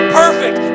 perfect